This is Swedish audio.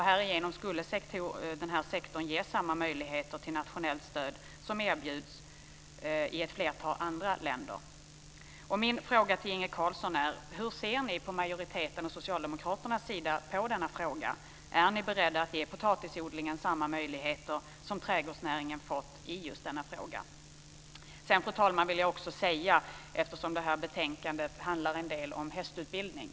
Härigenom skulle denna sektor ges samma möjligheter till nationellt stöd som erbjuds i ett flertal andra länder. Min fråga till Inge Carlsson är: Hur ser ni från majoritetens och Socialdemokraternas sida på denna fråga? Är ni beredda att ge potatisodlingen samma möjligheter som trädgårdsnäringen fått i just denna fråga? Sedan, fru talman, vill jag säga en sak till eftersom det här betänkandet handlar en del om hästutbildning.